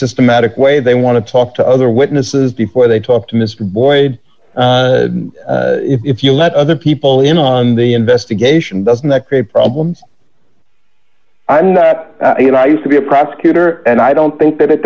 systematic way they want to talk to other witnesses before they talk to mr boyd if you let other people in on the investigation doesn't d that create problems i mean you know i used to be a prosecutor and i don't think that it